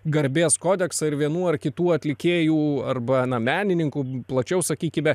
garbės kodeksą ir vienų ar kitų atlikėjų arba menininkų plačiau sakykime